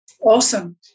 Awesome